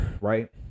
Right